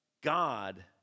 God